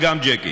גם ג'קי,